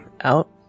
out